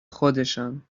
خودشان